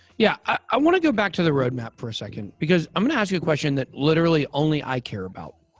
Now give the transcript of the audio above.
yeah, i want to go back to the roadmap for a second because i'm gonna ask you a question that literally only i care about.